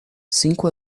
cinco